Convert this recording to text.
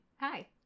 Hi